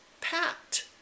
PAT